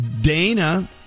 Dana